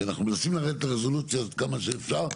כי אנחנו מנסים לרדת לרזולוציות כמה שאפשר.